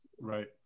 Right